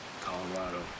Colorado